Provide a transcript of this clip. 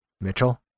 Mitchell